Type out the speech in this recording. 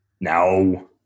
No